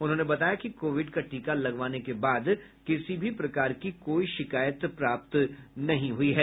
उन्होंने बताया कि कोविड का टीका लगवाने के बाद किसी भी प्रकार की कोई शिकायत प्राप्त नहीं हुई है